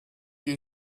you